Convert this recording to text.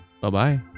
Bye-bye